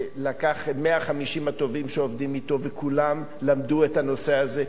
לקח את 150 התובעים שעובדים אתו וכולם למדו את הנושא הזה,